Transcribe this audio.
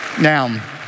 Now